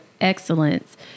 excellence